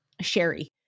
Sherry